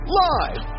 live